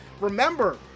Remember